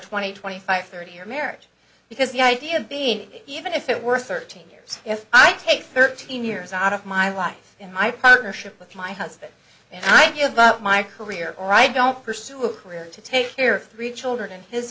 twenty twenty five thirty year marriage because the idea being that even if it were thirteen years if i take thirteen years out of my life in my partnership with my husband and i give up my career or i don't pursue a career to take care of three children in his